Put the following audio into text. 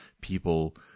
people